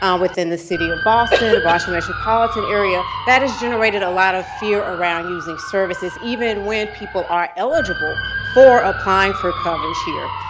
um within the city of boston, boston metropolitan area, that has generated a lot of fear around using services, even when people are eligible for applying for coverage here.